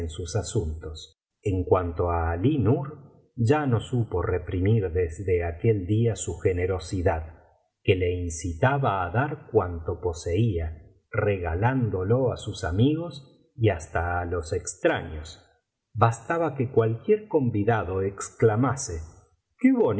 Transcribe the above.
sus asuntos en cuanto á alí nur ya no supo reprimir desde aquel día su generosidad que le incitaba á dar cuanto poseía regalándolo á sus amigos y hasta á los extraños bastaba que cualquier convidado exclamase qué